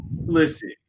listen